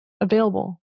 available